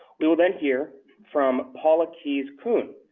we will then hear from paula keyes kun,